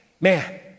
Man